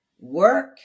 work